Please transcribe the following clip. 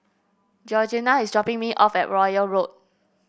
Georgina is dropping me off at Royal Road